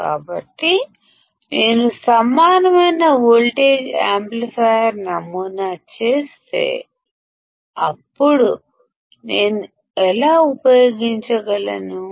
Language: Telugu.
కాబట్టి నేను సమానమైన వోల్టేజ్ యాంప్లిఫైయర్ నమూనా చేస్తే అప్పుడు నేను ఎలా ఉపయోగించగలను